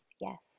yes